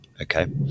Okay